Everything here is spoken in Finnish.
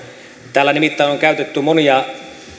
täällä nimittäin on käytetty monia